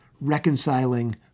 reconciling